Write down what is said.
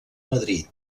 madrid